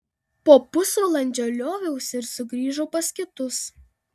po pusvalandžio lioviausi ir sugrįžau pas kitus